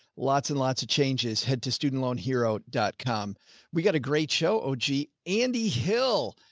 lots and lots of changes had to student loan hero dot com we've got a great show. oh gee. andy hill,